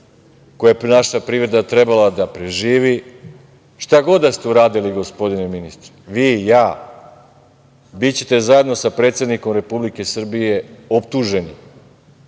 koje je naša privreda trebala da preživi, šta god da ste uradili gospodine ministre, vi, ja, bićete zajedno sa predsednikom Republike Srbije optuženi